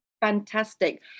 Fantastic